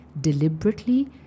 deliberately